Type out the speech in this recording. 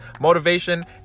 motivation